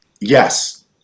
Yes